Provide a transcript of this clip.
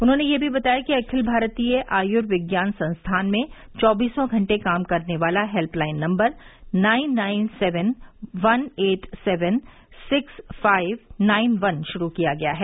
उन्होंने यह भी बताया कि अखिल भारतीय आयुर्विज्ञान संस्थान में चौबीसों घंटे काम करने वाला helpline number nine nine seven one eight seven six five nine one श्रू किया गया है